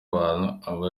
abantu